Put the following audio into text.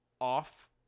off